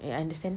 you understand